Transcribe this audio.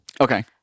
Okay